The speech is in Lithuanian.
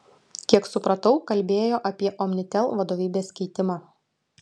kiek supratau kalbėjo apie omnitel vadovybės keitimą